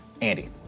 Andy